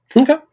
Okay